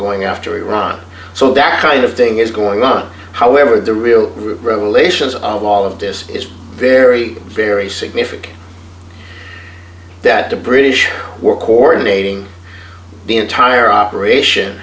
going after iraq so that kind of thing is going on however the real root revelations of all of this is very very significant that the british were coordinating the entire operation